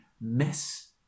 miss